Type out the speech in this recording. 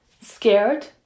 Scared